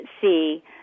see